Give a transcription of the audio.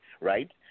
right